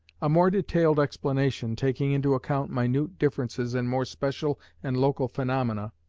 a more detailed explanation, taking into account minute differences and more special and local phaenomena,